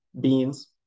beans